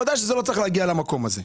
בוודאי שזה לא צריך להגיע למקום הזה.